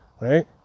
right